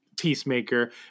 Peacemaker